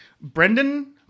Brendan